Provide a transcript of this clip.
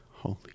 Holy